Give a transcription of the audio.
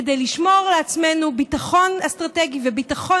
כדי לשמור לעצמנו ביטחון אסטרטגי וביטחון